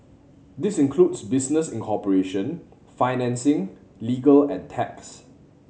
this includes business incorporation financing legal and tax